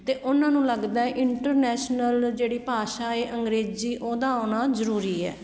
ਅਤੇ ਉਹਨਾਂ ਨੂੰ ਲੱਗਦਾ ਇੰਟਰਨੈਸ਼ਨਲ ਜਿਹੜੀ ਭਾਸ਼ਾ ਹੈ ਅੰਗਰੇਜੀ ਉਹਦਾ ਆਉਣਾ ਜ਼ਰੂਰੀ ਹੈ